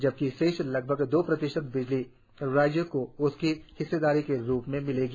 जबकि शेष लगभग दो प्रतिशत बिजली राज्य को उसकी हिस्सेदारी के रुप में मिलेगी